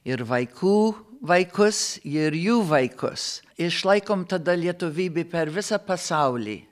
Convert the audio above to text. ir vaikų vaikus ir jų vaikus išlaikom tada lietuvybė per visą pasaulį